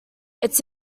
its